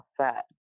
set